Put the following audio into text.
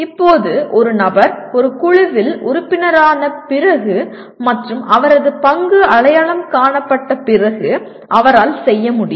இப்போது ஒரு நபர் ஒரு குழுவில் உறுப்பினரான பிறகு மற்றும் அவரது பங்கு அடையாளம் காணப்பட்ட பிறகு அவரால் செய்ய முடியும்